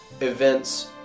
events